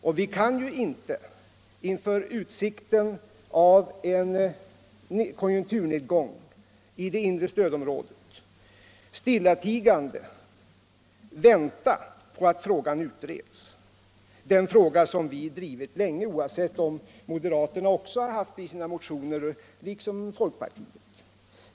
Och vi kan ju inte inför utsikten av en konjunkturnedgång i det inre stödområdet stillatigande vänta på att frågan utreds — den fråga som vi har drivit länge, oavsett om moderaterna liksom folkpartiet också har haft den i sina motioner.